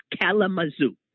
Kalamazoo